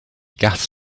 gas